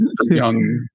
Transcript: young